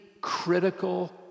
critical